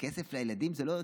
כסף לילדים זה לא ערכי.